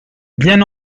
bien